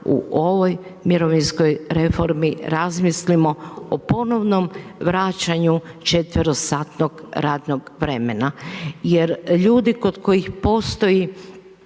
u ovoj mirovinskoj reformi razmislimo o ponovnom vraćanju četverosatnog radnog vremena jer ljudi kod kojih postoji